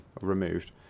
removed